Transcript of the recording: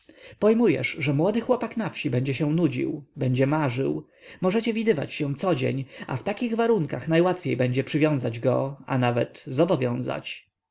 pojmujesz że młody chłopak na wsi będzie się nudził będzie marzył możecie widywać się codzień a w takich warunkach najłatwiej będzie przywiązać go a nawet zobowiązać